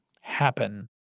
happen